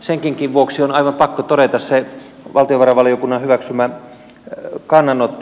senkin vuoksi on aivan pakko todeta valtiovarainvaliokunnan hyväksymä kannanotto